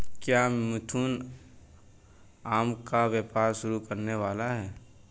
क्या मिथुन आम का व्यापार शुरू करने वाला है?